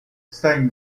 станет